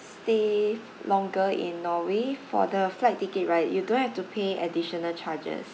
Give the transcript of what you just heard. stay longer in norway for the flight ticket right you don't have to pay additional charges